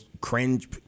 cringe